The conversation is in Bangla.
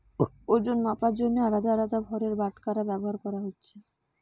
ওজন মাপার জন্যে আলদা আলদা ভারের বাটখারা ব্যাভার কোরা হচ্ছে